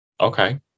Okay